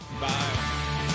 Bye